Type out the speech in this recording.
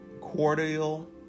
cordial